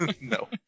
No